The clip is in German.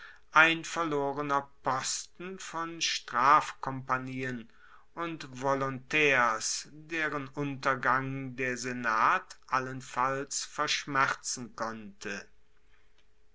ein verlorener posten von strafkompanien und volontaers deren untergang der staat allenfalls verschmerzen konnte